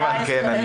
זה חלק מהבעיה.